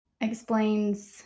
explains